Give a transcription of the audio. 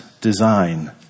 design